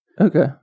Okay